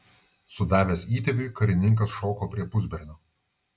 sudavęs įtėviui karininkas šoko prie pusbernio